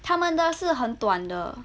他们都是很短的